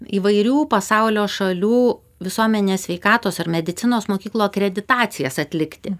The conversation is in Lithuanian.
įvairių pasaulio šalių visuomenės sveikatos ar medicinos mokyklų akreditacijas atlikti